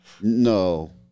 No